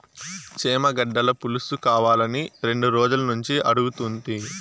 చేమగడ్డల పులుసుకావాలని రెండు రోజులనుంచి అడుగుతుంటి